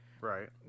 Right